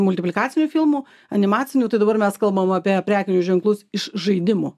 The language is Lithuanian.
multiplikacinių filmų animacinių tai dabar mes kalbam apie prekinius ženklus iš žaidimų